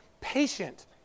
patient